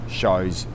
shows